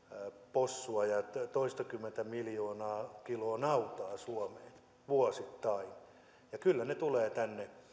possua ja toistakymmentä miljoonaa kiloa nautaa suomeen vuosittain kyllä ne tulevat tänne